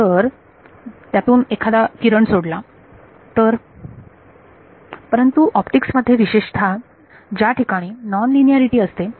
तर जर त्यातून एखादा किरण सोडला तर परंतु ऑप्टिक्स मध्ये विशेषतः त्या ठिकाणी नॉन लिनियारिटी असते